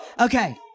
Okay